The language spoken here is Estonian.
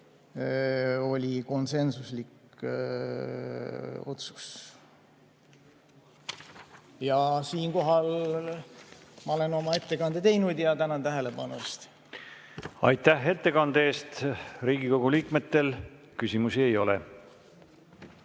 oli konsensuslik otsus. Siinkohal ma olen oma ettekande teinud. Tänan tähelepanu eest! Aitäh ettekande eest! Riigikogu liikmetel küsimusi ei ole.